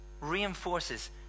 reinforces